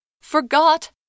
Forgot